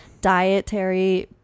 dietary